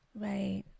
Right